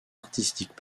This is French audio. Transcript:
artistiques